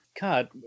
God